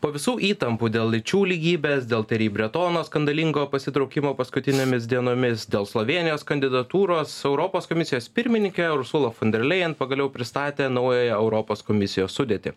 po visų įtampų dėl lyčių lygybės dėl tery bretono skandalingo pasitraukimo paskutinėmis dienomis dėl slovėnijos kandidatūros europos komisijos pirmininkė ursula fon der lejen pagaliau pristatė naująją europos komisijos sudėtį